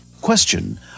Question